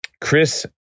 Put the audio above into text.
Chris